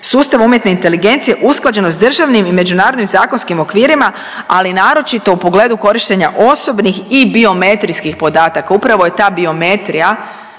sustava umjetne inteligencije usklađenost državnim i međunarodnim zakonskim okvirima, ali naročito u pogledu korištenja osobnih i biometrijskih podataka. Upravo je ta biometrija